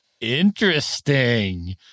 Interesting